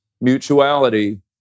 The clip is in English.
mutuality